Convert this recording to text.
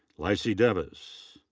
lynssee devers.